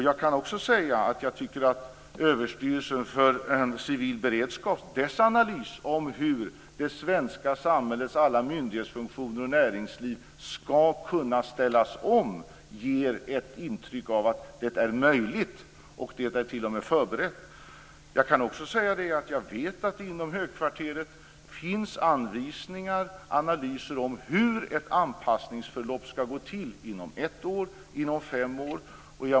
Jag tycker att analysen från Överstyrelsen för civil beredskap av hur det svenska samhällets alla myndighetsfunktioner och näringsliv skall kunna ställas om ger ett intryck av att det är möjligt. Det är t.o.m. förberett. Jag vet att det inom högkvarteret finns anvisningar och analyser om hur ett anpassningsförlopp skall gå till inom ett år och inom fem år.